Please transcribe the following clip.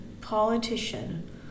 politician